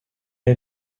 est